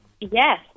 yes